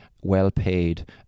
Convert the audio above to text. well-paid